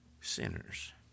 sinners